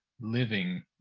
living